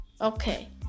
Okay